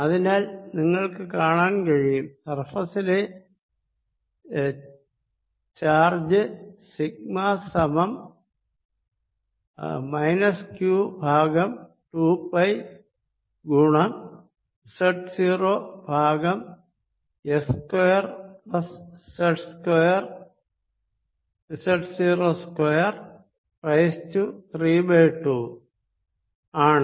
അതിനാൽ നിങ്ങൾക്ക് കാണാൻ കഴിയും സർഫേസിലെ ചാർജ് സിഗ്മ s സമം മൈനസ് q ബൈ 2 പൈ ഗുണം z 0 by s square plus z 0 square raised to മൂന്ന് ബൈ രണ്ട് ആണ്